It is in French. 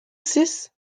six